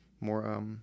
more